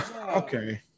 Okay